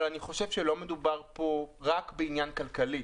אבל לא מדובר פה רק בעניין כלכלי,